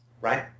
right